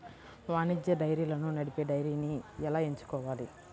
వాణిజ్య డైరీలను నడిపే డైరీని ఎలా ఎంచుకోవాలి?